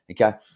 okay